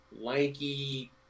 lanky